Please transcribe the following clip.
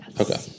Okay